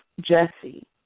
Jesse